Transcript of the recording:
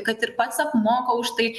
kad ir pats apmoka už tai